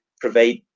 provide